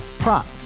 Prop